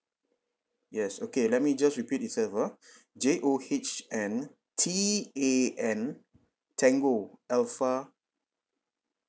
yes okay let me just repeat itself ah j o h n t a n tango alpha